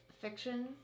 fiction